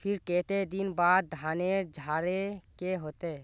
फिर केते दिन बाद धानेर झाड़े के होते?